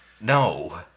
No